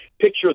picture